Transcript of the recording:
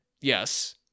Yes